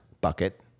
bucket